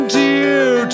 dear